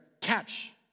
catch